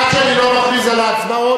עד שאני לא מכריז על ההצבעות,